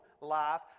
life